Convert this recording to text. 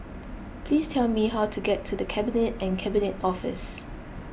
please tell me how to get to the Cabinet and Cabinet Office